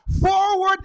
forward